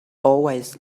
always